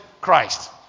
Christ